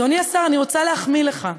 אדוני השר, אני רוצה להחמיא לך.